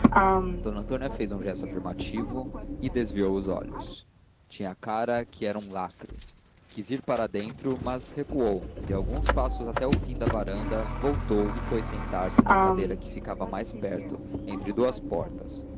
d antônia fez um gesto afirmativo e desviou os olhos tinha a cara que era um lacre quis ir para dentro mas recuou deu alguns passos até o fim da varanda voltou e foi sentar-se na cadeira que ficava mais perto entre duas portas